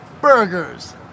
Burgers